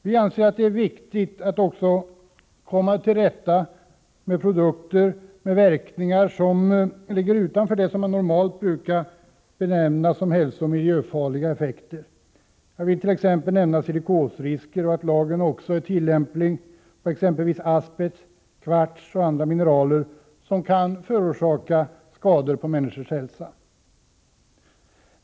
Vi anser att det är viktigt att också komma till rätta med produkter med verkningar som ligger utanför vad man normalt brukar benämna som hälsooch miljöfarliga effekter. Jag vill nämna silikosrisken och att den nya lagen också är tillämplig på exempelvis asbest, kvarts och andra mineraler som kan förorsaka skador på människors hälsa.